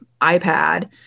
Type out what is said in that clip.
iPad